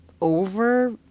over